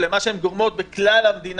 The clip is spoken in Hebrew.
ולמה שהן גורמות בכלל המדינה.